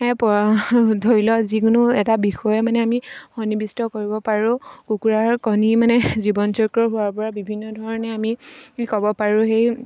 ধৰি লওক যিকোনো এটা বিষয়ে মানে আমি সন্নিবিষ্ট কৰিব পাৰোঁ কুকুৰাৰ কণী মানে জীৱন চক্ৰ হোৱাৰ পৰা বিভিন্ন ধৰণে আমি ক'ব পাৰোঁ সেই